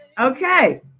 Okay